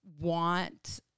want